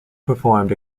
performed